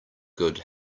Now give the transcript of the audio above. good